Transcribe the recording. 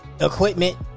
equipment